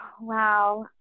wow